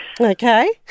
Okay